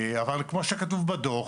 אבל כמו שכתוב בדוח,